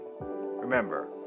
Remember